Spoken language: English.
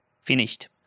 Finished